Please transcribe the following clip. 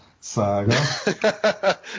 saga